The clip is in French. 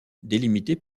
délimité